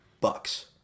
bucks